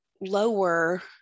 lower